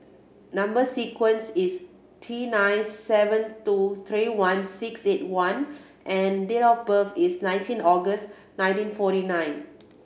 number sequence is T nine seven two three one six eight one and date of birth is nineteen August nineteen forty nine